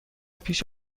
پیش